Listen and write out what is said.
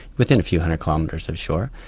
within a few hundred kilometres of shore.